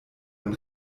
ein